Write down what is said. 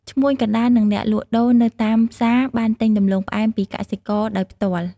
ឈ្មួញកណ្ដាល និងអ្នកលក់ដូរនៅតាមផ្សារបានទិញដំឡូងផ្អែមពីកសិករដោយផ្ទាល់។